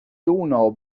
donau